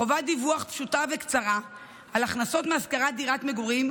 1. חובת דיווח פשוטה וקצרה על הכנסות מהשכרת דירת מגורים,